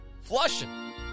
flushing